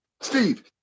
Steve